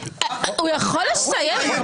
הוא יכול לסיים משפט?